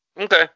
Okay